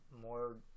more